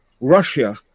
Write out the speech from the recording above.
Russia